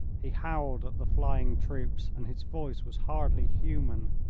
he howled at the flying troops and his voice was hardly human.